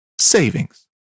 savings